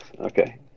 okay